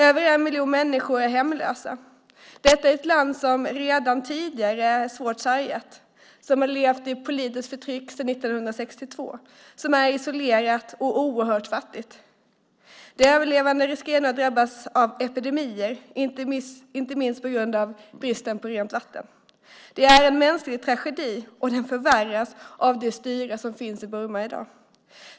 Över en miljon människor är hemlösa, detta i ett land som redan tidigare är svårt sargat, och har levt i ett politiskt förtryck sedan 1962. Landet är isolerat och oerhört fattigt. De överlevande riskerar nu att drabbas av epidemier, inte minst på grund av bristen på rent vatten. Det är en mänsklig tragedi, och den förvärras av det styre som finns i Burma i dag.